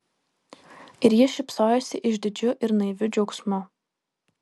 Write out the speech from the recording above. ir ji šypsojosi išdidžiu ir naiviu džiaugsmu